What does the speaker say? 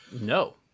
No